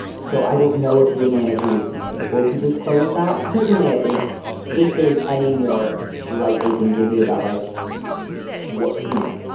so i don't know if your manager would be able to disclose that. certainly i think if there's any more light they can give you about like what you know.